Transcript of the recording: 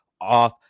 off